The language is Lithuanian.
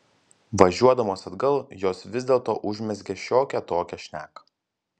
važiuodamos atgal jos vis dėlto užmezgė šiokią tokią šneką